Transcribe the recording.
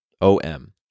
OM